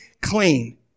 clean